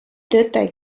töötaja